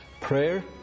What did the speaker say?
Prayer